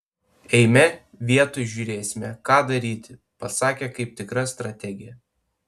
eime vietoj žiūrėsime ką daryti pasakė kaip tikra strategė